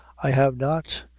i have not,